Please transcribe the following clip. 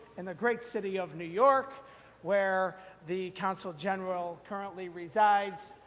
and the great city of new york where the consul general currently reside.